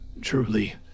truly